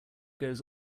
goes